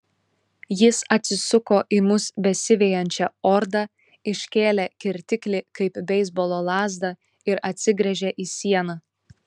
jis atsisuko į mus besivejančią ordą iškėlė kirtiklį kaip beisbolo lazdą ir atsigręžė į sieną